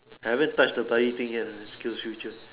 I haven't touch the bloody thing yet man SkillsFuture